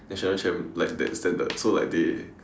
national champ like that standard so like they